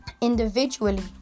individually